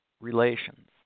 relations